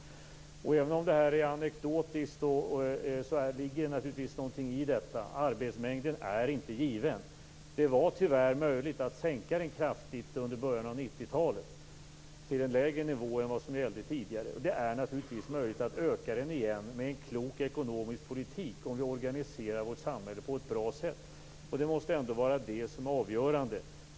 Även om det här är anekdotiskt ligger det naturligtvis någonting i det. Arbetsmängden är inte given. Det var tyvärr möjligt att sänka den kraftigt under början av 90-talet till en lägre nivå än vad som gällde tidigare. Det är naturligtvis möjligt att med en klok ekonomisk politik öka den igen om vi organiserar vårt samhälle på ett bra sätt. Det måste ändå var det som är avgörande.